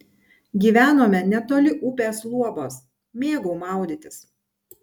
gyvenome netoli upės luobos mėgau maudytis